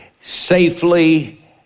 safely